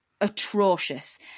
atrocious